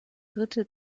dritte